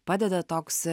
padeda toks